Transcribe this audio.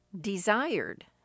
desired